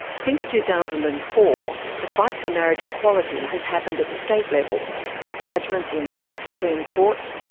since two thousand and four, the fight for marriage equality has happened at the state level with judgments in state supreme courts,